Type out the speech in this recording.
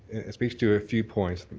it speaks to a few points,